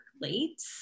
late